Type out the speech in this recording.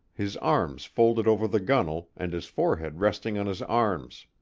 his arms folded over the gunnel and his forehead resting on his arms.